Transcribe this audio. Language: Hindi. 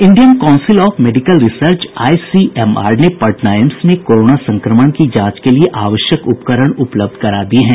Indian council of medical research ICMR ने पटना एम्स में कोरोना संक्रमण की जांच के लिए आवश्यक उपकरण उपलब्ध करा दिये हैं